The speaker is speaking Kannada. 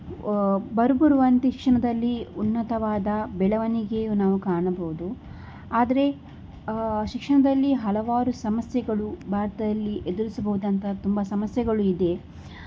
ಬರಬರುವ ಶಿಕ್ಷಣದಲ್ಲಿ ಉನ್ನತವಾದ ಬೆಳವಣಿಗೆ ನಾವು ಕಾಣಬಹುದು ಆದರೆ ಶಿಕ್ಷಣದಲ್ಲಿ ಹಲವಾರು ಸಮಸ್ಯೆಗಳು ಭಾರತದಲ್ಲಿ ಎದುರಿಸಬಹುದಂತ ತುಂಬ ಸಮಸ್ಯೆಗಳು ಇದೆ